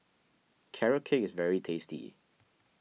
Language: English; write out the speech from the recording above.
Carrot Cake is very tasty